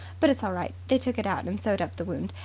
but it's all right. they took it out and sewed up the wound,